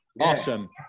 Awesome